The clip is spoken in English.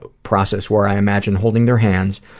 ah process where i imagine holding their hands,